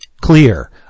clear